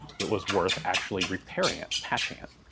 it was worth actually repairing it, patching it.